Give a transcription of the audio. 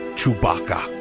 Chewbacca